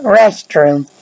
restroom